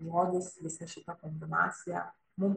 žodis visa šita kombinacija mum